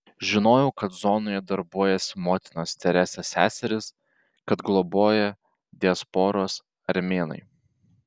žinojau kad zonoje darbuojasi motinos teresės seserys kad globoja diasporos armėnai